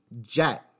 jet